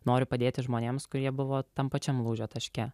noriu padėti žmonėms kurie buvo tam pačiam lūžio taške